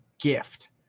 gift